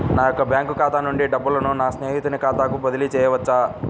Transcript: నా యొక్క బ్యాంకు ఖాతా నుండి డబ్బులను నా స్నేహితుని ఖాతాకు బదిలీ చేయవచ్చా?